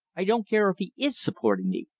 i don't care if he is supporting me.